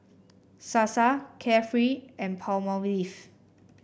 Sasa Carefree and Palmolive